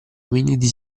ominidi